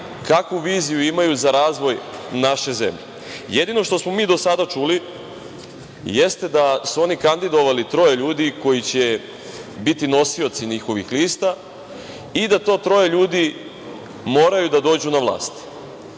kakvu viziju imaju za razvoj naše zemlje. Jedino što smo mi do sada čuli jeste da su oni kandidovali troje ljudi koji će biti nosioci njihovih lista i da to troje ljudi moraju da dođu na vlast.